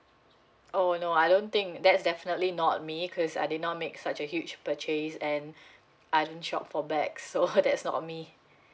oh no I don't think that's definitely not me cause I did not make such a huge purchase and I don't shop for bag so that is not me